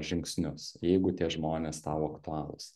žingsnius jeigu tie žmonės tau aktualūs